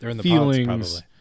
feelings